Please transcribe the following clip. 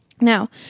Now